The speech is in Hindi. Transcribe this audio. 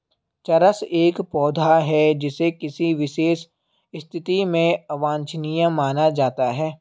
चरस एक पौधा है जिसे किसी विशेष स्थिति में अवांछनीय माना जाता है